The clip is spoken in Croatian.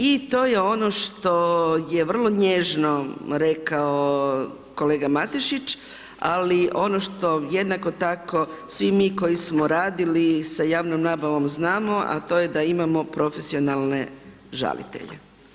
I to je ono što je vrlo nježno rekao kolega Matešić ali ono što jednako tako svi mi koji smo radili sa javnom nabavom znamo a to je da imamo profesionalne žalitelje.